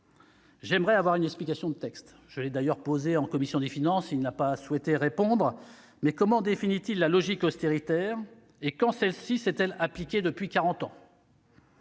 J'aimerais une explication de texte- je la lui ai demandée en commission des finances, mais il n'a pas souhaité répondre -: comment définit-il la logique austéritaire ? Quand celle-ci s'est-elle appliquée depuis quarante